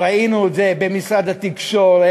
ראינו את זה במשרד התקשורת,